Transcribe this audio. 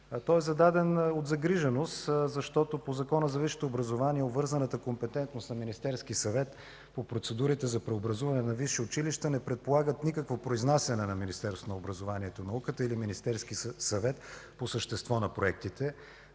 Той е зададен от загриженост, защото по Закона за висшето образование и обвързаната компетентност на Министерския съвет, процедурите за преобразуване на висши училища не предполагат никакво произнасяне на Министерството на образованието и науката или Министерския съвет по същество на проектите.